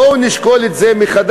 בואו נשקול את זה מחדש,